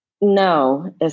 No